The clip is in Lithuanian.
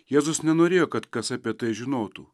jėzus nenorėjo kad kas apie tai žinotų